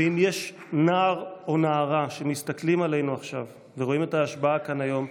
ואם יש נער או נערה שמסתכלים עלינו עכשיו ורואים את ההשבעה כאן היום,